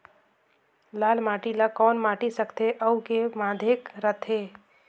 लाल माटी ला कौन माटी सकथे अउ के माधेक राथे?